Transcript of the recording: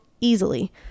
easily